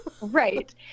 right